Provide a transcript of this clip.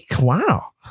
Wow